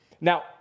Now